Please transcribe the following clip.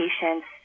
patients